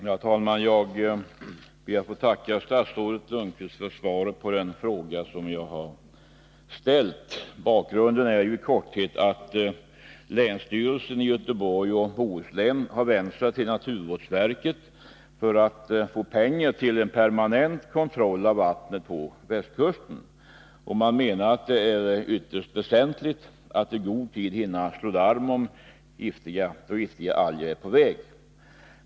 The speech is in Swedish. Herr talman! Jag ber att få tacka statsrådet Lundkvist för svaret på den fråga som jag har ställt. Bakgrunden till min fråga är i korthet att länsstyrelsen i Göteborgs och Bohuslän har vänt sig till naturvårdsverket för att få pengar till en permanent kontroll av vattnet på västkusten. Man menar att det är ytterst väsentligt att i god tid hinna slå larm, om giftiga alger är på väg.